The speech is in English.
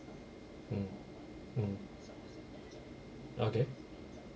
mm mm okay